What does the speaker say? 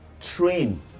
train